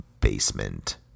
Basement